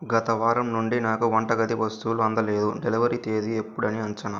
గత వారం నుండి నాకు వంటగది వస్తువులు అందలేదు డెలివరీ తేదీ ఎప్పుడని అంచనా